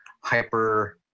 hyper